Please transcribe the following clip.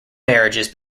marriages